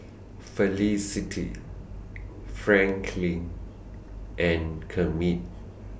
Felicity Franklyn and Kermit